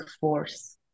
force